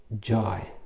joy